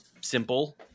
Simple